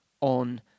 on